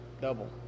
double